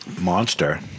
Monster